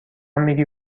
میگی